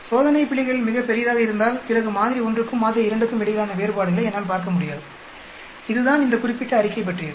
சோதனை பிழைகள் மிகப் பெரியதாக இருந்தால்பிறகு மாதிரி 1 க்கும் மாதிரி 2 க்கும் இடையிலான வேறுபாடுகளை என்னால் பார்க்க முடியாது இதுதான் இந்த குறிப்பிட்ட அறிக்கை பற்றியது